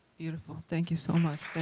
beautiful, thank you so much.